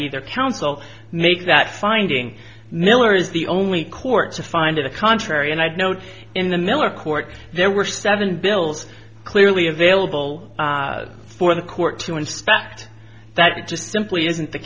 either counsel make that finding miller is the only court to find a contrary and i'd note in the miller court there were seven bills clearly available for the court to inspect that it just simply isn't the